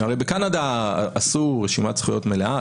הרי בקנדה עשו רשימת זכויות מלאה,